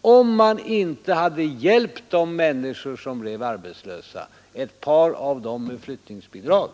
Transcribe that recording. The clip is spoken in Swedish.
om man inte hade hjälpt de människor som blev arbetslösa — ett par av dem med flyttningsbidrag?